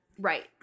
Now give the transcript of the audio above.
Right